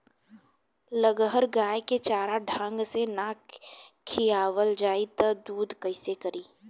लगहर गाय के चारा ढंग से ना खियावल जाई त दूध कईसे करी